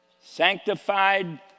Sanctified